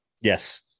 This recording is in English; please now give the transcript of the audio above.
Yes